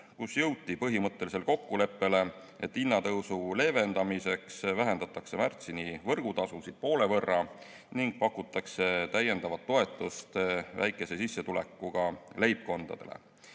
kus jõuti põhimõttelisele kokkuleppele, et hinnatõusu leevendamiseks vähendatakse märtsini võrgutasusid poole võrra ning pakutakse täiendavat toetust väikese sissetulekuga leibkondadele.